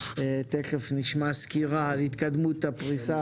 ונשמע סקירה על התקדמות הפריסה.